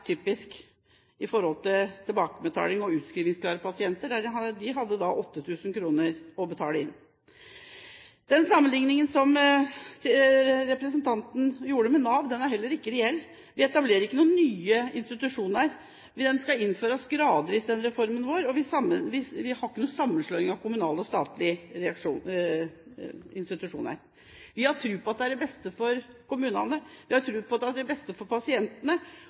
typisk når det gjelder tilbakebetaling og utskrivningsklare pasienter. De hadde 8 000 kr å betale inn. Den sammenligningen som ble gjort med Nav, er heller ikke reell. Vi etablerer ingen nye institusjoner. Reformen skal innføres gradvis, og vi har ingen sammenslåing av kommunale og statlige institusjoner. Vi har tro på at det er det beste for kommunene, vi har tro på at det er det beste for pasientene.